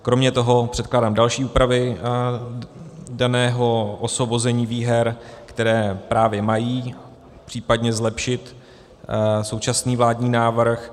Kromě toho předkládám další úpravy daného osvobození výher, které právě mají případně zlepšit současný vládní návrh.